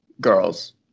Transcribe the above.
girls